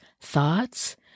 thoughts